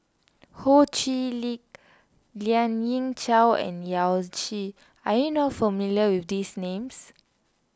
Ho Chee Lick Lien Ying Chow and Yao Zi are you not familiar with these names